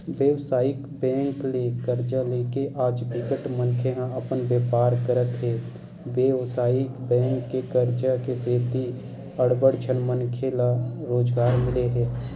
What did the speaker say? बेवसायिक बेंक ले करजा लेके आज बिकट मनखे ह अपन बेपार करत हे बेवसायिक बेंक के करजा के सेती अड़बड़ झन मनखे ल रोजगार मिले हे